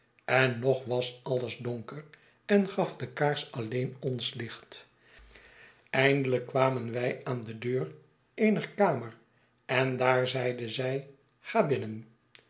en nog was alles donker en gaf de kaars alleen ons licht eindelijk kwamen wij aan de deur eener kamer en daar zeide zij ga binnen